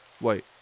Wait